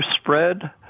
spread